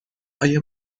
آیا